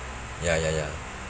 ya ya ya